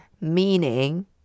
meaning